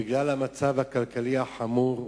בגלל המצב הכלכלי החמור,